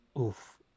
oof